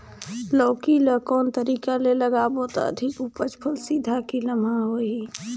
लौकी ल कौन तरीका ले लगाबो त अधिक उपज फल सीधा की लम्बा होही?